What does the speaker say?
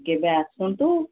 କେବେ ଆସନ୍ତୁ